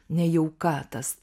nejauka tas